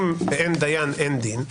אם אין דיין אין דין,